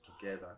together